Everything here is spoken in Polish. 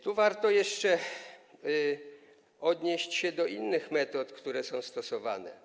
Tu warto jeszcze odnieść się do innych metod, które są stosowane.